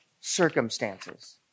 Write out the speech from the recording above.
circumstances